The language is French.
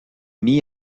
mis